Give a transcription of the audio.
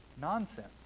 Nonsense